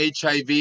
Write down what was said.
HIV